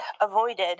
avoided